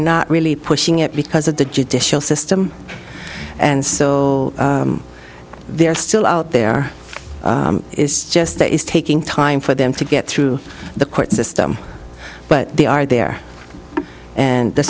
not really pushing it because of the judicial system and so they're still out there is just is taking time for them to get through the court system but they are there and the